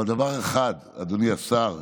אבל דבר אחד, אדוני השר: